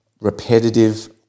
repetitive